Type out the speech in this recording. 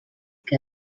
que